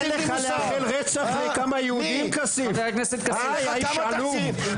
איזה איש עלוב חבר הכנסת כסיף אתה איש עלוב,